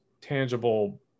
tangible